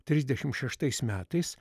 trisdešim šeštais metais